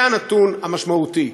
זה הנתון המשמעותי,